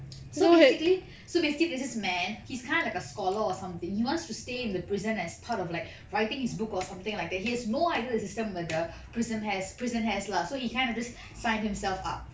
so basically so basically there's this man he's kind of a scholar or something he wants to stay in the prison as part of like writing his book or something like that he has no idea the system when the prison has prison has lah so he kind of just signed himself up